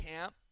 camp